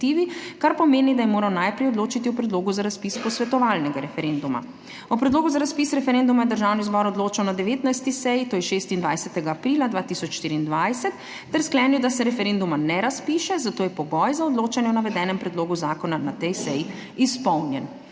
kar pomeni, da je moral najprej odločiti o predlogu za razpis posvetovalnega referenduma. O predlogu za razpis referenduma je Državni zbor odločal na 19. seji, to je 26. aprila 2024, ter sklenil, da se referenduma ne razpiše. Zato je pogoj za odločanje o navedenem predlogu zakona na tej seji izpolnjen.